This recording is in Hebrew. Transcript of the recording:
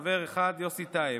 חבר אחד: יוסי טייב,